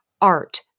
art